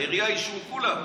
העירייה אישרו, כולם.